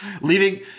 Leaving